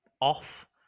off